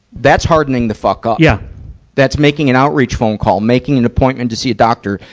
that's hardening the fuck up. yeah that's making an outreach phone call, making an appointment to see a doctor,